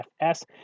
FS